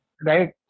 right